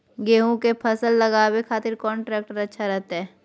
गेहूं के फसल लगावे खातिर कौन ट्रेक्टर अच्छा रहतय?